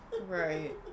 Right